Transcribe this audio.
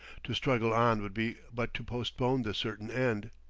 to struggle on would be but to postpone the certain end.